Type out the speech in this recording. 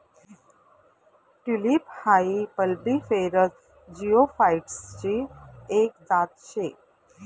tulip हाई bulbiferous जिओफाइटसची एक जात शे